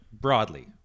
broadly